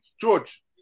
George